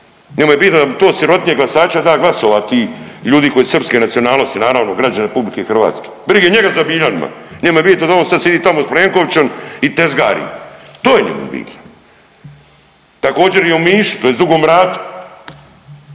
njemu je bitno da mu to sirotinje glasača da glasova ti ljudi koji su srpske nacionalnosti naravno građani RH. Brige njega za Biljanima, njemu je bitno da on sad sidi tamo s Plenkovićom i tezgari to je njemu bitno. Također i u Omišu tj. Dugom Ratu